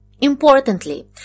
Importantly